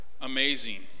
Amazing